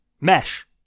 mesh